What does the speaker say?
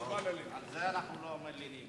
על זה אנחנו לא מלינים.